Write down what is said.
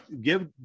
give